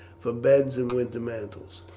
for beds, and winter mantles.